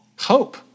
hope